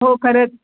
हो खरंच